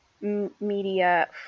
media